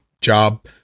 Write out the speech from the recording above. job